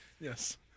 Yes